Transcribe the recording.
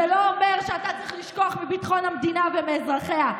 לא אומר שאתה צריך לשכוח מביטחון המדינה ומאזרחיה.